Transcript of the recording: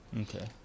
Okay